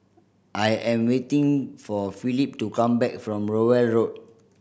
I am waiting for Philip to come back from Rowell Road